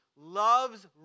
loves